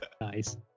Nice